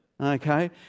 Okay